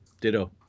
ditto